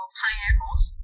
pineapples